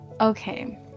Okay